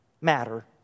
matter